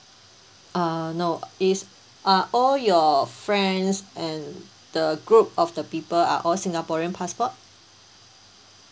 uh no is are all your friends and the group of the people are all singaporean passport